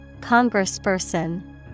Congressperson